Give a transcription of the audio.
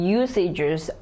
usages